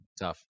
tough